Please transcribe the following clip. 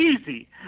easy